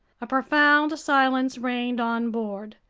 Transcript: a profound silence reigned on board.